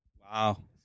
Wow